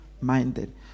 minded